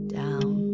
down